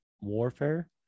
warfare